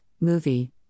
movie